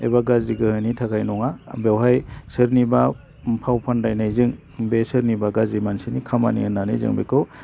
एबा गाज्रि गोहोनि थाखाय नङा बेवहाय सोरनिबा फाव फान्दायनायजों बे सोरनिबा गाज्रि मानसिनि खामानि होननानै जों बेखौ